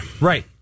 Right